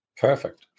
Perfect